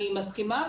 אני מסכימה,